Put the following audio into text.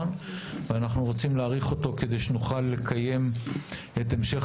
ואנחנו רוצים להאריך אותו כדי שנוכל לקיים את המשך